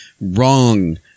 wrong